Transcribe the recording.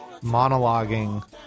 monologuing